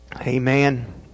Amen